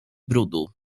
brudu